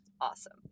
awesome